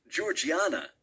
Georgiana